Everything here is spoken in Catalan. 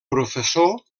professor